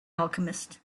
alchemist